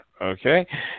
okay